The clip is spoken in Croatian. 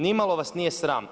Nimalo vas nije sram?